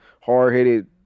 hard-headed